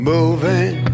Moving